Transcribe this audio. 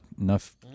enough